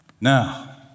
Now